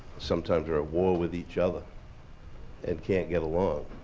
sometimes are at war with each other and can't get along.